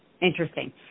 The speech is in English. Interesting